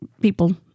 people